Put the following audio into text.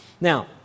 Now